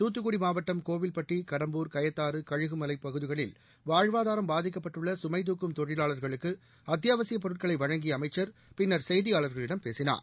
தூத்துக்குடி மாவட்டம் கோவிவ்பட்டி கடம்பூர் கயத்தாறு கழுகுமலை பகுதிகளில் வாழ்வாதாரம் பாதிக்கப்பட்டுள்ள சுமை துக்கும் தொழிலாளர்களுக்கு அத்தியாவசியப் பொருட்களை வழங்கிய அமைச்சர் பின்னர் செய்தியாளர்களிடம் பேசினார்